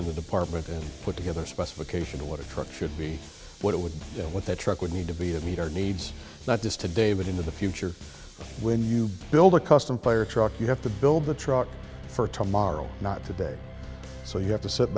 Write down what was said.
in the department and put together specifications of what a truck should be what it would be what that truck would need to be and meet our needs not just today but into the future when you build a custom fire truck you have to build the truck for tomorrow not today so you have to sit